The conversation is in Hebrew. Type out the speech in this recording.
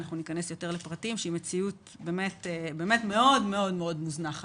שהיא מציאות מאוד מאוד מאוד מוזנחת.